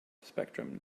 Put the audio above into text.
spectrum